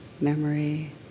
memory